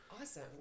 awesome